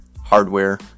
hardware